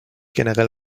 generell